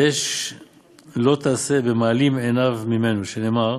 ויש לא תעשה במעלים עיניו ממנה, שנאמר